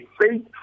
faith